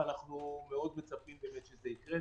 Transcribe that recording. ואנחנו מאוד מצפים שזה יקרה.